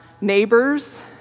neighbors